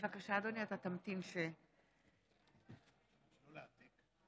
מקלב, מצביע אבתיסאם מראענה, מצביעה יעקב מרגי,